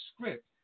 script